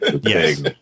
Yes